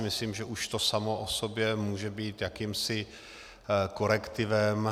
Myslím si, že už to samo o sobě může být jakýmsi korektivem.